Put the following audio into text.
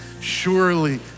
Surely